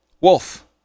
Wolf